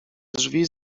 drzwi